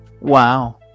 wow